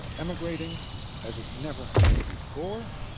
ah emigrating as it never has before.